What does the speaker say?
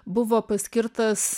buvo paskirtas